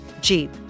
Jeep